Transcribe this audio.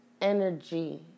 Energy